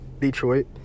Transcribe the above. Detroit